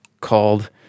called